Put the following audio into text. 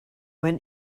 when